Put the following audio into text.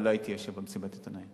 אבל לא הייתי יושב במסיבת העיתונאים.